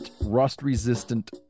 rust-resistant